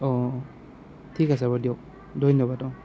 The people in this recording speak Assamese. অঁ ঠিক আছে বাৰু দিয়ক ধন্যবাদ অঁ